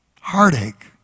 heartache